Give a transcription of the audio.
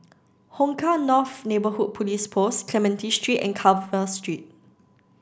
Hong Kah North Neighbourhood Police Post Clementi Street and Carver Street